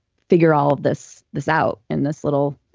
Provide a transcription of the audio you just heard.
figure all this this out in this little